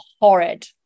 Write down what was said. horrid